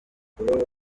wowe